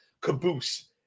Caboose